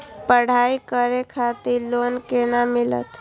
पढ़ाई करे खातिर लोन केना मिलत?